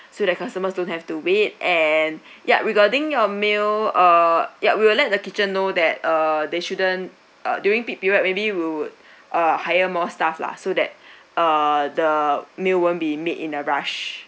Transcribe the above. so that customers don't have to wait and yup regarding your meal uh yeah we will let the kitchen know that uh they shouldn't uh during peak period maybe we would uh hire more staff lah so that uh the meal won't be made in a rush